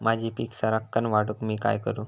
माझी पीक सराक्कन वाढूक मी काय करू?